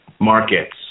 markets